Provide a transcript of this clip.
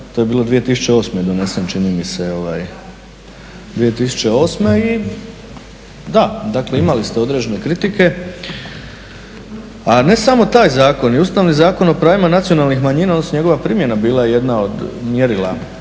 to je bilo 2008. je donesen čini mi se i da, dakle imali ste određene kritike. A ne samo taj zakon, i Ustavni zakon o pravima nacionalnih manjina odnosno njegova primjena bila je jedna od mjerila,